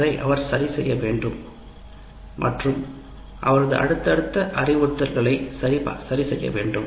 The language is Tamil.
அதை அவர் சரி செய்ய வேண்டும் மற்றும் அவரது அடுத்தடுத்த வழிமுறைகளை சரிசெய்ய வேண்டும்